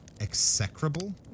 Execrable